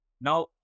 Now